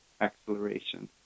acceleration